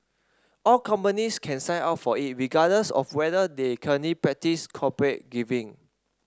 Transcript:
all companies can sign up for it regardless of whether they currently practise corporate giving